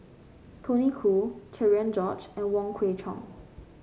Tony Khoo Cherian George and Wong Kwei Cheong